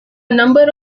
number